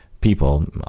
people